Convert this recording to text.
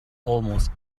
almost